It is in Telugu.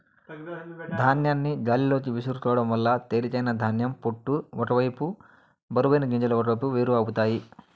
ధాన్యాన్ని గాలిలోకి విసురుకోవడం వల్ల తేలికైన ధాన్యం పొట్టు ఒక వైపు బరువైన గింజలు ఒకవైపు వేరు అవుతాయి